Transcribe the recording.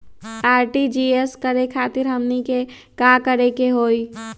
RTGS करे खातीर हमनी के का करे के हो ई?